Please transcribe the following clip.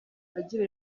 agira